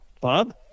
Bob